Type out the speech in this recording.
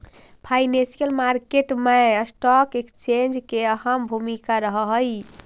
financial market मैं stock exchange के अहम भूमिका रहऽ हइ